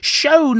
show